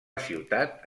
ciutat